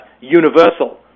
universal